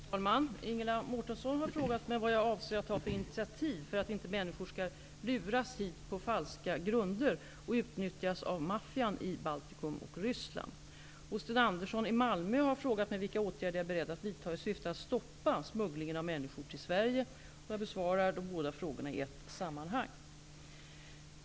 Herr talman! Ingela Mårtensson har frågat mig vad jag avser att ta för initiativ för att inte människor skall luras hit på falska grunder och utnyttjas av maffian i Baltikum och Ryssland. Sten Andersson i Malmö har frågat mig vilka åtgärder jag är beredd att vidta i syfte att stoppa smugglingen av människor till Sverige. Jag besvarar frågorna i ett sammanhang.